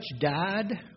died